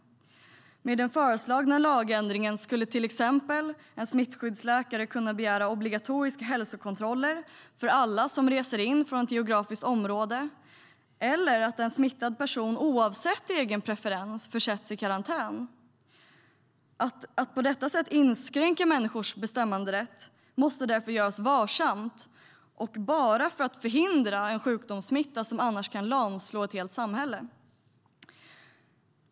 Med den föreslagna lagändringen skulle till exempel en smittskyddsläkare kunna begära obligatoriska hälsokontroller för alla som reser in från ett visst geografiskt område eller att en smittad person oavsett egen preferens hålls i karantän. Att på detta sätt inskränka människors bestämmanderätt måste göras varsamt och bara för att förhindra en sjukdomssmitta som annars kan lamslå ett helt samhälle.